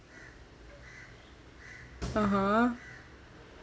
(uh huh)